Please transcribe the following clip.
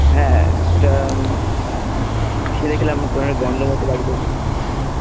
হ্যাঁ ওটা আমি খেয়ে দেখলাম কিরম একটা গন্ধ মতো লাগছে